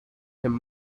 him